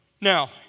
Now